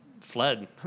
fled